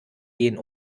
gehen